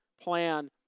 plan